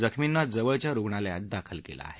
जखमींना जवळच्या रुग्णालयात दाखल केलं आहे